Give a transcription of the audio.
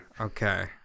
okay